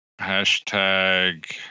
Hashtag